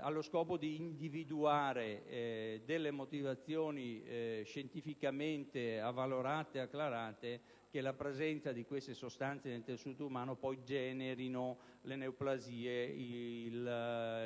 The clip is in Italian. allo scopo di individuare delle motivazioni scientificamente avvalorate e acclarate sul fatto che la presenza di queste sostanze nel tessuto umano poi generi le neoplasie, i